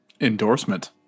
Endorsement